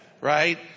right